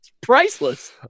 priceless